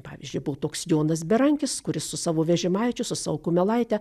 pavyzdžiui buvo toks jonas berankis kuris su savo vežimaičiu su savo kumelaite